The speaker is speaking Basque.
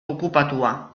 okupatua